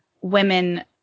women